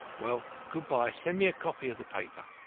well, good-by, send me a copy of the paper.